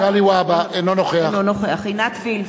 אינו נוכח עינת וילף,